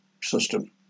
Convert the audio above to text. system